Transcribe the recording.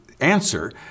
answer